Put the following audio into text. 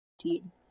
Team